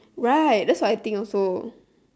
right that's what I think also